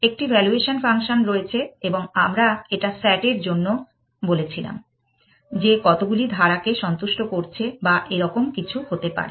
একটি valuation function রয়েছে এবং আমরা এটা S A T এর জন্য বলেছিলাম যে কতগুলি ধারাকে সন্তুষ্ট করছে বা এরকম কিছু হতে পারে